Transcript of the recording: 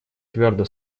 твердо